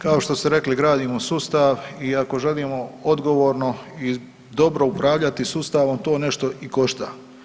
Kao što ste rekli gradimo sustav i ako želimo odgovorno i dobro upravljati sustavom to nešto i košta.